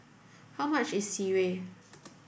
how much is Sireh